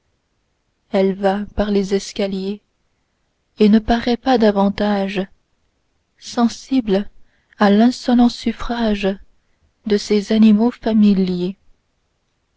elle va par les escaliers et ne paraît pas davantage sensible à l'insolent suffrage de ses animaux familiers